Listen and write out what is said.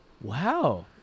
Wow